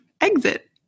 Exit